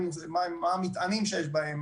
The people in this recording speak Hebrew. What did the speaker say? מה המטענים שיש בהן,